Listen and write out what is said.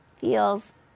feels